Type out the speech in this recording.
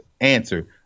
answer